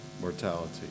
mortality